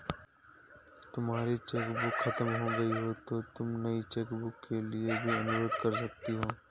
तुम्हारी चेकबुक खत्म हो गई तो तुम नई चेकबुक के लिए भी अनुरोध कर सकती हो